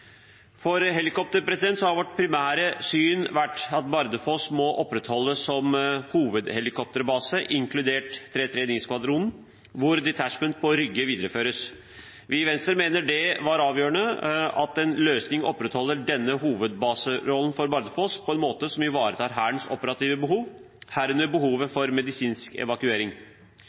har vårt primære syn vært at Bardufoss må opprettholdes som hovedhelikopterbase, inkludert 339-skvadronen, hvor «detachmentet» på Rygge videreføres. Vi i Venstre mener det er avgjørende at en løsning opprettholder denne hovedbaserollen for Bardufoss på en måte som ivaretar Hærens operative behov, herunder behovet for medisinsk evakuering.